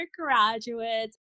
graduates